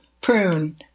prune